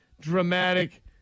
dramatic